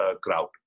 crowd